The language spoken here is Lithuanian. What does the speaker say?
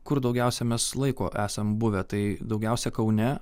kur daugiausia mes laiko esam buvę tai daugiausia kaune